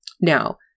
Now